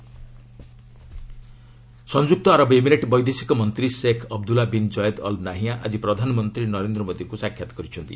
PM UAE FM ସଂଯୁକ୍ତ Arab Emirate ବୈଦେଶିକ ମନ୍ତ୍ରୀ Sheikh Abdullah bin Zayed Al Nahyan ଆଜି ପ୍ରଧାନମନ୍ତ୍ରୀ ନରେନ୍ଦ୍ର ମୋଦୀଙ୍କୁ ସାକ୍ଷାତ କରିଛନ୍ତି